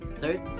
Third